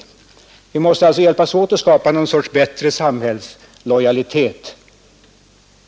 Vi måste bl.a. försöka hjälpas åt att skapa en bättre samhällslojalitet.